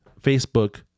Facebook